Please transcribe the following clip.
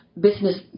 business